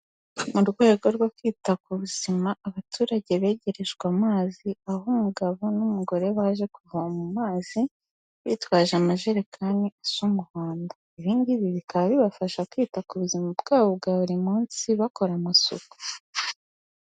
Mu rwego rwo kwita ku buzima abaturage begerejwe amazi, aho umugabo n'umugore baje kuvoma amazi bitwaje amajerekani asa umuhodo, ibi ngibi bikaba bibafasha kwita ku buzima bwabo bwa buri munsi bakora amasuku.